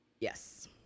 Yes